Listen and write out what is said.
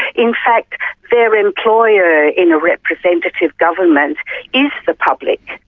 in fact their employer in a representative government is the public.